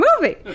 movie